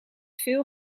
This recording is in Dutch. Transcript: veel